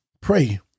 pray